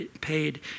paid